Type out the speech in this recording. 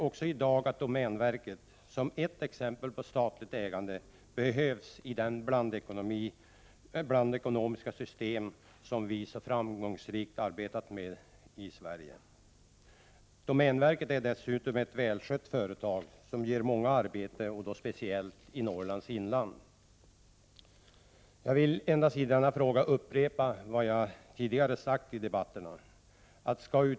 Också i dag anser vi att domänverket, som ett exempel på statligt ägande, behövs i det blandekonomiska system som vi så framgångsrikt arbetat med i Sverige. Dessutom är domänverket ett välskött företag som ger många arbete, i synnerhet i Norrlands inland. Jag vill endast upprepa vad jag tidigare under debatterna har sagt i denna fråga.